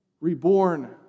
reborn